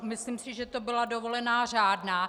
Myslím si, že to byla dovolená řádná.